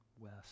west